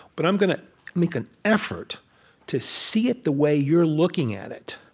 but i'm going to make an effort to see it the way you're looking at it.